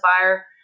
fire